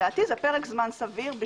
לדעתי זה פרק זמן סביר.